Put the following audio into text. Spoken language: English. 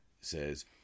says